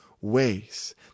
Ways